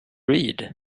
read